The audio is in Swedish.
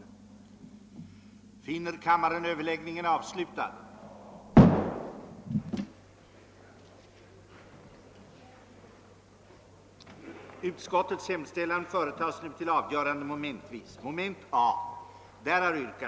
»att riksdagen i skrivelse till regeringen anhåller om utredning och förslag om lag, som enligt i motionen anförda synpunkter förhindrar giltigheten av bestämmelser av typen paragraf